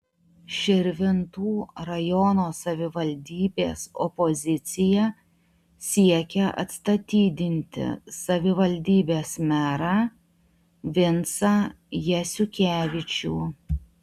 širvintų rajono savivaldybės opozicija siekia atstatydinti savivaldybės merą vincą jasiukevičių